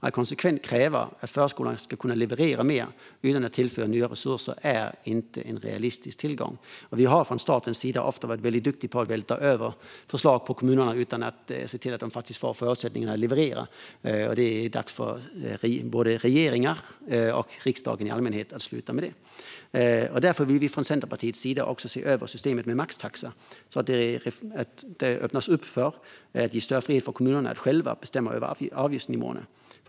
Att konsekvent kräva att förskolan ska leverera mer utan att tillföra nya resurser är inte realistiskt. Vi har från statens sida ofta varit duktiga på att vältra över förslag på kommunerna utan att se till att de får förutsättningar att leverera. Det är dags för både regeringen och riksdagen att sluta med detta. Därför vill vi från Centerpartiets sida också se över systemet med maxtaxa. Det bör öppnas upp och ge större frihet för kommunerna att själva bestämma över avgiftsnivåerna.